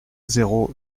zéro